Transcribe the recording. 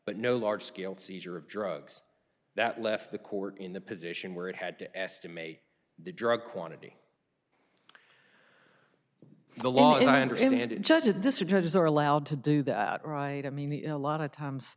but no large scale seizure of drugs that left the court in the position where it had to estimate the drug quantity the law as i understand it judge a disadvantage is they're allowed to do that right i mean the a lot of times